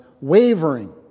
wavering